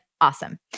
awesome